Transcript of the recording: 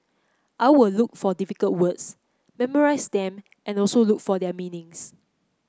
I will look for difficult words memorize them and also look for their meanings